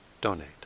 donate